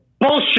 Bullshit